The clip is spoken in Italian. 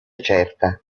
certa